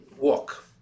walk